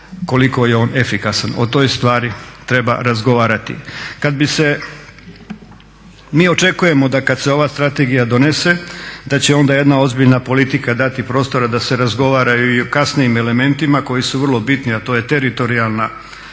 koliko je on efikasan. O toj stvari treba razgovarati. Kada bi se, mi očekujemo da kada se ova strategija donese da će onda jedna ozbiljna politika dati prostora da se razgovara i o kasnijim elementima koji su vrlo bitni a to je teritorijalni